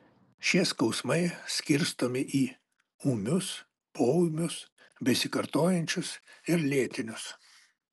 šie skausmai skirstomi į ūmius poūmius besikartojančius ir lėtinius